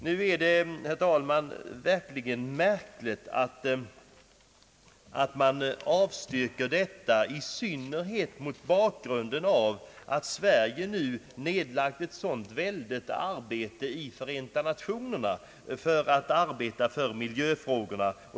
Det är, herr talman, verkligen anmärkningsvärt att man avstyrker detta medlemskap i IUCN, i synnerhet mot bakgrunden av att Sverige nu nedlagt ett så väldigt arbete i Förenta nationerna för miljöfrågorna.